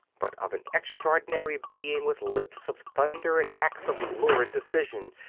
but of an extraordinary being with lips of thunder and acts of lurid decision,